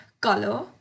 color